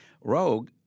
Rogue